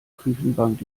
küchenbank